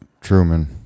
Truman